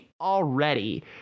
already